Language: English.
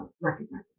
recognizing